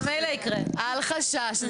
אל חשש,